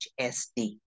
HSD